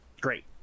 Great